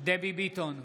דבי ביטון,